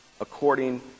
according